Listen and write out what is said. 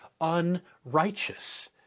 unrighteous